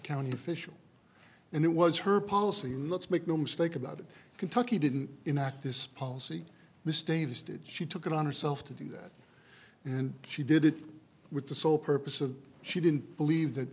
county official and it was her policy and let's make no mistake about it kentucky didn't enact this policy mistake she took it on herself to do that and she did it with the sole purpose of she didn't believe that